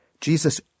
Jesus